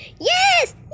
Yes